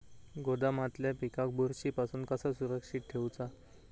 गोदामातल्या पिकाक बुरशी पासून कसा सुरक्षित ठेऊचा?